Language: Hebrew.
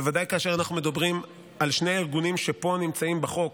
בוודאי כאשר אנחנו מדברים על שני הארגונים שפה נמצאים בחוק,